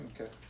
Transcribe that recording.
okay